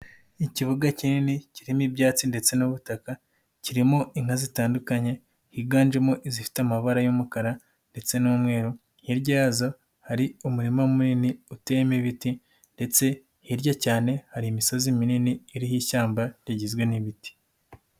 Ikibuga kinini kirimo ibyatsi ndetse n'ubutaka, kirimo inka zitandukanye, higanjemo izifite amabara y'umukara ndetse n'umweru, hirya yazo hari umurima munini utema ibiti ndetse hirya cyane hari imisozi minini iriho ishyamba rigizwe n'ibiti.